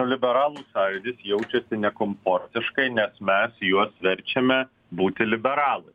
liberalų sąjūdis jaučiasi nekomfortiškai nes mes juos verčiame būti liberalai